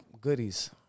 goodies